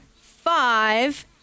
five